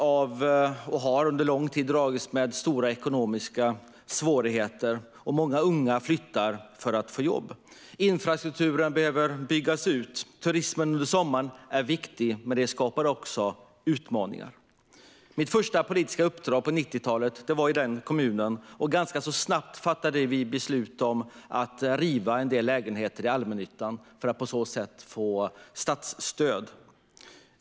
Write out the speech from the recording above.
Kommunen dras med stora ekonomiska svårigheter och har gjort det under lång tid. Många unga flyttar för att få jobb, och infrastrukturen behöver byggas ut. Turismen under sommaren är viktig men skapar också utmaningar. Mitt första politiska uppdrag fick jag på 90-talet i samma kommun. Ganska snabbt fattade vi beslut om att riva en del lägenheter i allmännyttan för att på så sätt få statsstöd.